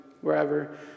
wherever